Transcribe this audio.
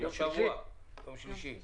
הישיבה נעולה, נמשיך ביום שלישי.